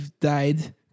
died